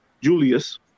julius